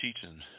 teaching